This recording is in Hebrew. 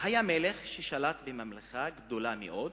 היה מלך ששלט בממלכה גדולה מאוד.